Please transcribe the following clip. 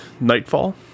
nightfall